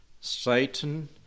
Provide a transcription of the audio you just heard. Satan